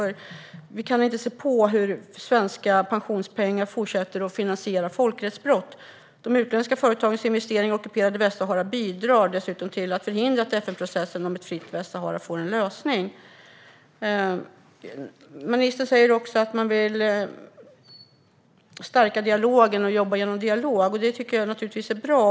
Vi kan inte se på hur svenska pensionspengar fortsätter att finansiera folkrättsbrott. De utländska företagens investeringar i det ockuperade Västsahara bidrar dessutom till att förhindra att FN-processen om ett fritt Västsahara får en lösning. Ministern säger att man vill stärka dialogen och jobba genom dialog. Det tycker jag är bra.